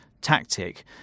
tactic